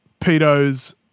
pedos